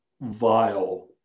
vile